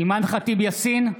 אימאן ח'טיב יאסין,